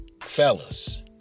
fellas